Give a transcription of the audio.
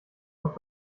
auf